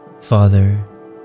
Father